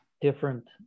different